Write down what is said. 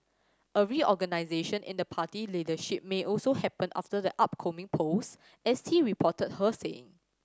a reorganisation in the party leadership may also happen after the upcoming polls S T reported her saying